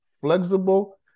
flexible